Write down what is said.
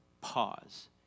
Pause